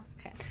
Okay